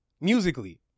musically